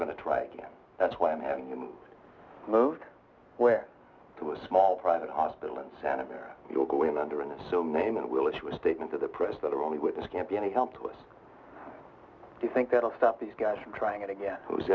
going to try again that's why i'm having moved where to a small private hospital in santa maria will go in under an assumed name and will issue a statement to the press that only with this can't be any help to us do you think that'll stop these guys from trying it again who's